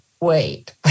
wait